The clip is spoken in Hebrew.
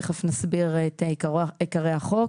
תכף נסביר את עיקרי החוק,